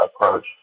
approach